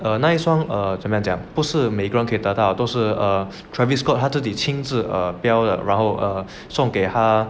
err 那一双 err 怎样讲不是每一个人可以得到都是 err travis scott err 他自己亲自 err 标的然后送给他 err